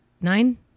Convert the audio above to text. nine